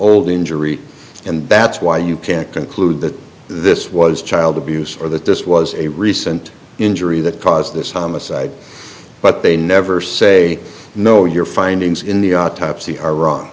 old injury and that's why you can't conclude that this was child abuse or that this was a recent injury that caused this homicide but they never say no your findings in the autopsy are wrong